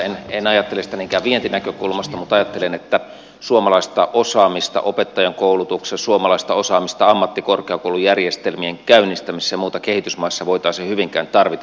en ajattele sitä niinkään vientinäkökulmasta mutta ajattelen että suomalaista osaamista opettajankoulutuksessa suomalaista osaamista ammattikorkeakoulujärjestelmien käynnistämisessä ja muuta kehitysmaissa voitaisiin hyvinkin tarvita